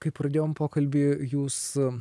kai pradėjom pokalbį jūs